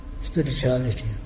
spirituality